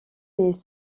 mais